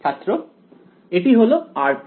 ছাত্র এটি হলো r'